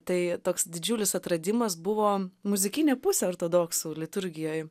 tai toks didžiulis atradimas buvo muzikinė pusė ortodoksų liturgijoj